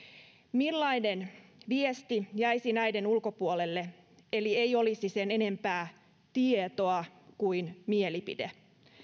millainen viesti jäisi näiden ulkopuolelle eli ei olisi sen enempää tietoa kuin mielipide